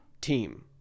team